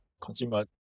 consumer